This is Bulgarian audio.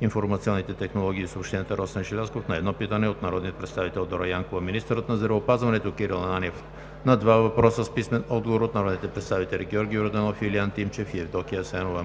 информационните технологии и съобщенията Росен Желязков – на едно питане от народния представител Дора Янкова; - министърът на здравеопазването Кирил Ананиев – на два въпроса с писмен отговор от народните представители Георги Йорданов, Илиан Тимчев и Евдокия Асенова;